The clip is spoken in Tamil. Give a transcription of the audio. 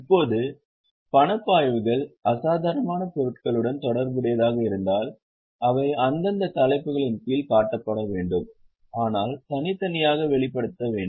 இப்போது பணப்பாய்வுகள் அசாதாரணமான பொருட்களுடன் தொடர்புடையதாக இருந்தால் அவை அந்தந்த தலைப்புகளின் கீழ் காட்டப்பட வேண்டும் ஆனால் தனித்தனியாக வெளிப்படுத்தப்பட வேண்டும்